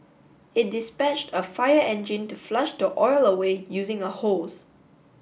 it dispatched a fire engine to flush the oil away using a hose